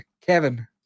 Kevin